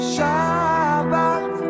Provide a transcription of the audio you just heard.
Shabbat